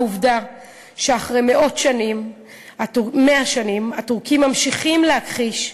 העובדה היא שאחרי 100 שנים הטורקים ממשיכים להכחיש,